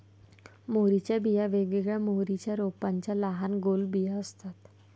मोहरीच्या बिया वेगवेगळ्या मोहरीच्या रोपांच्या लहान गोल बिया असतात